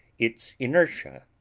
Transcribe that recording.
its inertia,